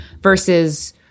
versus